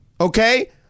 okay